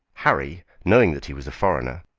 harry, knowing that he was a foreigner,